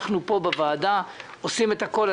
אנחנו פה בוועדה עושים את הכול,